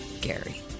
Gary